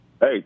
Hey